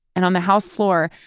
and on the house floor,